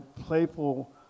playful